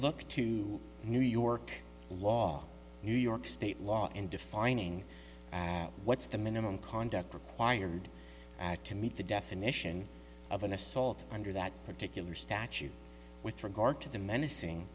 look to new york law new york state law in defining what's the minimum conduct required to meet the definition of an assault under that particular statute with regard to the menacing